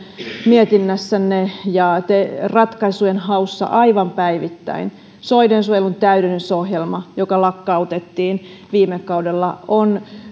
mietinnässänne ja ratkaisujen haussa aivan päivittäin soidensuojelun täydennysohjelma joka lakkautettiin viime kaudella on